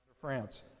France